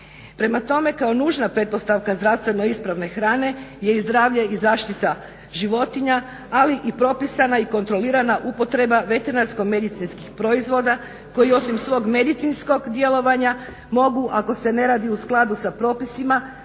Prema tome, kao nužna pretpostavka zdravstveno ispravne hrane je i zdravlje i zaštita životinja, ali i propisana i kontrolirana uporaba veterinarsko-medicinskih proizvoda koji osim svog medicinskog djelovanja mogu ako se ne radi u skladu sa propisima